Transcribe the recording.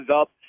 up